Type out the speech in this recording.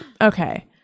Okay